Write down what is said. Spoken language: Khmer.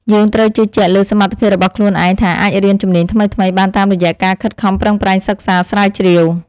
យើងត្រូវជឿជាក់លើសមត្ថភាពរបស់ខ្លួនឯងថាអាចរៀនជំនាញថ្មីៗបានតាមរយៈការខិតខំប្រឹងប្រែងសិក្សាស្រាវជ្រាវ។